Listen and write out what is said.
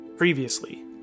Previously